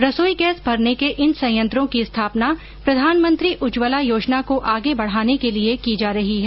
रसाई गैस भरने के इन संयंत्रों की स्थापना प्रधानमंत्री उज्जवला योजना को आगे बढाने के लिये की जा रही है